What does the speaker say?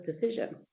decision